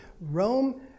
rome